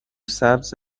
سبز